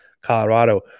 Colorado